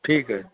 ठीकु आहे